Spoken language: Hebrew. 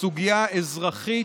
בסוגיה אזרחית,